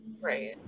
right